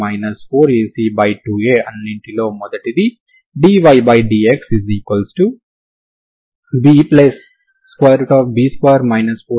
x ct ని u0t లో పెట్టడం వల్ల అది 12f2ct f012c02ctgsds 12f2ct f012c02ctgsds అవ్వడాన్ని మీరు సులభంగా చూడవచ్చు